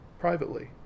privately